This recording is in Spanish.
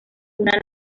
una